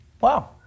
Wow